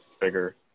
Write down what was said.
Bigger